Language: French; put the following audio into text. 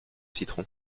citron